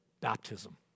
Baptism